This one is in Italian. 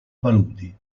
paludi